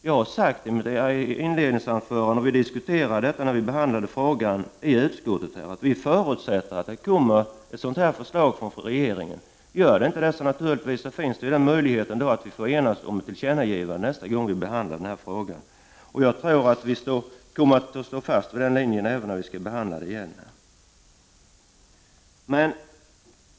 Jag sade i mitt inledningsanförande att vi förutsätter att ett sådant förslag kommer från regeringen, och vi diskuterade detta när vi behandlade frågan i utskottet. Om det inte gör det, finns naturligtvis möjligheten att vi enas om ett tillkännagivande nästa gång vi behandlar denna fråga. Jag tror att vi kommer att stå fast vid den linjen även om vi skall behandla frågan igen.